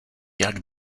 jak